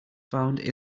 found